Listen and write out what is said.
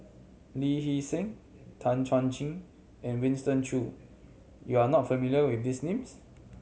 Lee Hee Seng Tan Chuan Jin and Winston Choo you are not familiar with these names